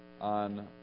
On